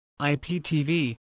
IPTV